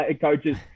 coaches